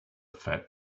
fat